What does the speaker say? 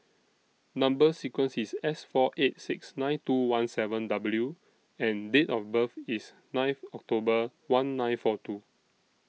Number sequence IS S four eight six nine two one seven W and Date of birth IS ninth October one nine four two